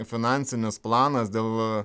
finansinis planas dėl